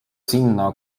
sinna